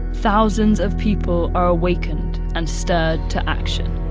thousands of people are awakened and stirred to action?